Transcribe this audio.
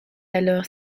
alors